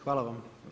Hvala vam.